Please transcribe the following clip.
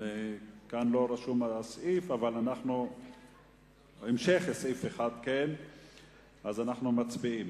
לסעיף 1. אנחנו מצביעים,